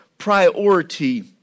priority